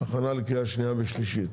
הכנה לקריאה שנייה ושלישית.